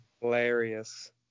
hilarious